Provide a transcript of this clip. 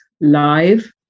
live